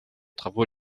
travaux